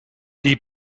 die